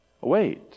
Wait